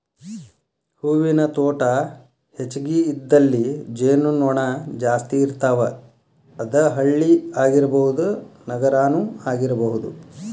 ಹೂವಿನ ತೋಟಾ ಹೆಚಗಿ ಇದ್ದಲ್ಲಿ ಜೇನು ನೊಣಾ ಜಾಸ್ತಿ ಇರ್ತಾವ, ಅದ ಹಳ್ಳಿ ಆಗಿರಬಹುದ ನಗರಾನು ಆಗಿರಬಹುದು